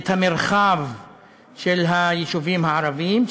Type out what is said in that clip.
את המרחב של היישובים הערביים,